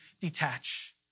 detach